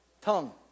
Tongue